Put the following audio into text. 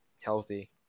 healthy